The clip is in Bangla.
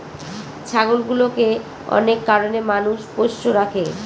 ছাগলগুলোকে অনেক কারনে মানুষ পোষ্য রাখে